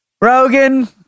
Rogan